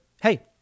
Hey